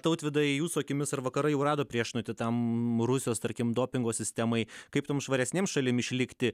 tautvydai jūsų akimis ar vakarai jau rado priešnuodį tam rusijos tarkim dopingo sistemai kaip tom švaresniem šalimi išlikti